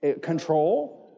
Control